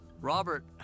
robert